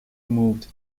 moved